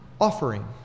offering